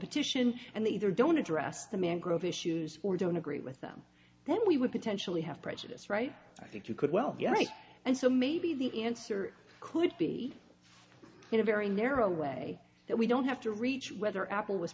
petition and they either don't address the mangrove issues or don't agree with them then we would potentially have prejudice right i think you could well be right and so maybe the answer could be in a very narrow way that we don't have to reach whether apple was